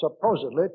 supposedly